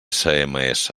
sms